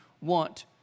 want